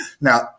now